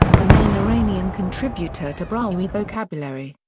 the main iranian contributor to brahui vocabulary,